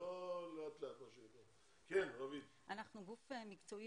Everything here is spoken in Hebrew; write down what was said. אנחנו גוף מקצועי